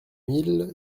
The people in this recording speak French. mille